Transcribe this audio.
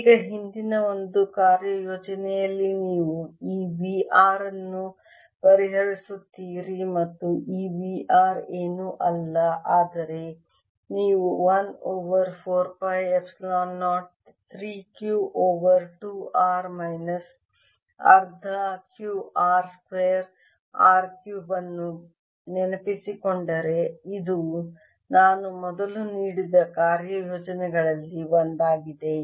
ಈಗ ಹಿಂದಿನ ಒಂದು ಕಾರ್ಯಯೋಜನೆಯಲ್ಲಿ ನೀವು ಈ V r ಅನ್ನು ಪರಿಹರಿಸುತ್ತೀರಿ ಮತ್ತು ಈ V r ಏನೂ ಅಲ್ಲ ಆದರೆ ನೀವು 1 over 4 pi epsilon 0 3 Q over 2 R minus ಅರ್ಧ Q r square R cube ಅನ್ನು ನೆನಪಿಸಿಕೊಂಡರೆ ಇದು ನಾನು ಮೊದಲು ನೀಡಿದ ಕಾರ್ಯಯೋಜನೆಗಳಲ್ಲಿ ಒಂದಾಗಿದೆ